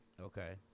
Okay